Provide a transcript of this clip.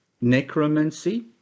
necromancy